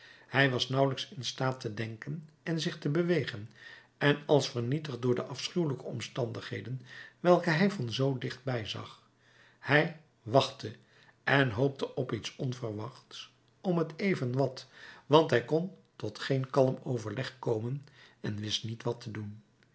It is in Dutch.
hij was nauwelijks in staat te denken en zich te bewegen en als vernietigd door de afschuwelijke omstandigheden welke hij van zoo dicht bij zag hij wachtte en hoopte op iets onverwachts om t even wat want hij kon tot geen kalm overleg komen en wist niet wat te doen